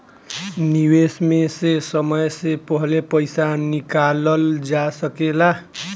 निवेश में से समय से पहले पईसा निकालल जा सेकला?